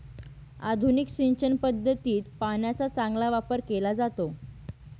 आधुनिक सिंचन पद्धतीत पाण्याचा चांगला वापर केला जातो